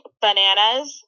bananas